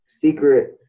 secret